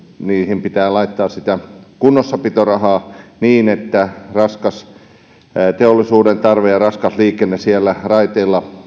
siihen pitää laittaa sitä kunnossapitorahaa niin että teollisuuden tarve ja raskas liikenne siellä raiteilla